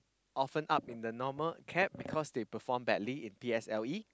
often up in the normal academic because they perform badly in P_S_L_E